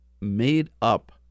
made-up